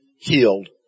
healed